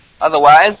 Otherwise